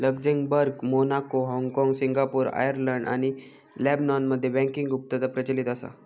Luxembourg, Monaco, हाँगकाँग, Singapore, Ireland आणि लेबनॉनमध्ये बँकिंग गुप्तता प्रचलित असा